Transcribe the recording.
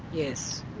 yes.